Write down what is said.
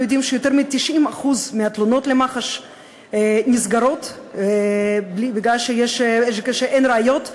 אנחנו יודעים שיותר מ-90% מהתלונות למח"ש נסגרות כיוון שאין ראיות,